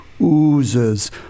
oozes